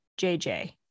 JJ